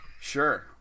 Sure